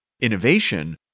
innovation